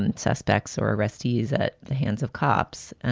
and suspects or arrestees at the hands of cops.